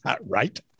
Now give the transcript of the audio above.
right